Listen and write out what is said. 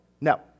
No